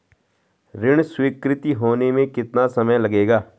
ऋण स्वीकृति होने में कितना समय लगेगा?